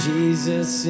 Jesus